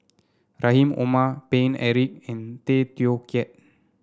Rahim Omar Paine Eric and Tay Teow Kiat